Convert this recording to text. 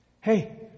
Hey